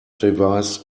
device